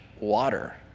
water